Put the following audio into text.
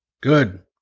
good